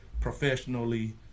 professionally